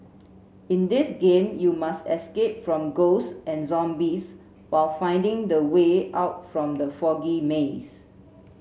in this game you must escape from ghosts and zombies while finding the way out from the foggy maze